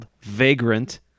vagrant